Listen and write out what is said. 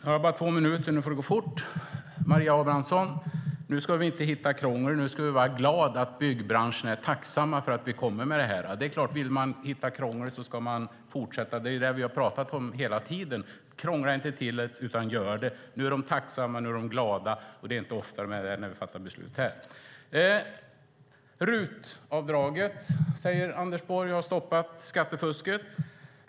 Herr talman! Nu ska vi inte hitta krångel, Maria Abrahamsson. Nu ska vi vara glada för att byggbranschen är tacksam för att vi kommer med det här. Om man vill hitta krångel är det klart att man ska fortsätta - det är det vi har pratat om hela tiden. Krångla inte till det, utan gör det! Nu är de tacksamma och glada, och så är det inte ofta när vi fattar beslut här. RUT-avdraget har stoppat skattefusket, säger Anders Borg.